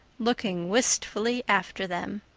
looking wistfully after them.